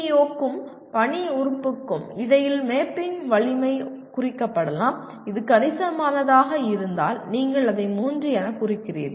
PEO க்கும் பணியின் உறுப்புக்கும் இடையில் மேப்பிங்கின் வலிமை குறிக்கப்படலாம் இது கணிசமானதாக இருந்தால் நீங்கள் அதை 3 எனக் குறிக்கிறீர்கள்